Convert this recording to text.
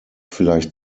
vielleicht